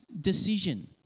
decision